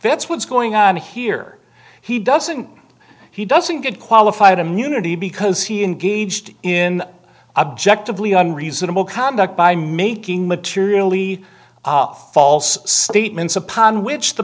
that's what's going on here he doesn't he doesn't get qualified immunity because he engaged in objectively on reasonable conduct by making materially false statements upon which the